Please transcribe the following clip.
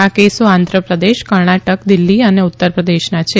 આ કેસો આંધ્રપ્રદેશ કર્ણાટક દિલ્હી અને ઉત્તર પ્રદેશના છે